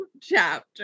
chapter